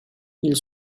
ils